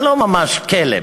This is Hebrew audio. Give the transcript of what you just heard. זה לא ממש "כלא",